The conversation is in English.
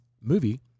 movie